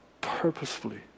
purposefully